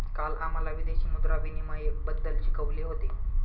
काल आम्हाला विदेशी मुद्रा विनिमयबद्दल शिकवले होते